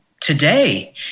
today